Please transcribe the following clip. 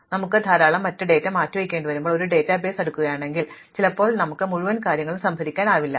മറുവശത്ത് ഞങ്ങൾക്ക് ധാരാളം ഡാറ്റ നീക്കേണ്ടിവരുമ്പോൾ നിങ്ങൾ ഒരു ഡാറ്റാബേസ് അടുക്കുകയാണെങ്കിൽ ചിലപ്പോൾ ഞങ്ങൾക്ക് മുഴുവൻ കാര്യങ്ങളും സംഭരിക്കാനാവില്ല